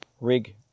rig